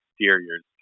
exteriors